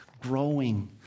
growing